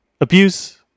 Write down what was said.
Abuse